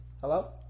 hello